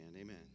Amen